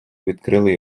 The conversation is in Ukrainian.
відкрили